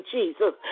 Jesus